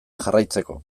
jarraitzeko